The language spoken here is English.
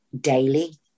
daily